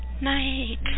night